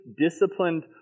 disciplined